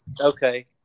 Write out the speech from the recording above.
Okay